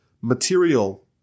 material